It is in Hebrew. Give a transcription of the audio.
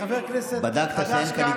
שהוא חבר כנסת חדש כאן,